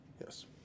Yes